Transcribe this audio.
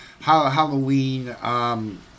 Halloween